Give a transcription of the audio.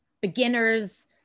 beginners